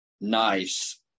nice